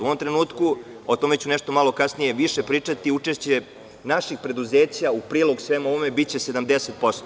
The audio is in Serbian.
U ovom trenutku, o tome ću nešto malo kasnije više pričati, učešće naših preduzeća u prilog svemu ovome biće 70%